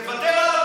תוותר.